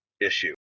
issue